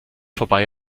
vorbei